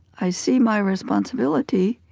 i see my responsibility,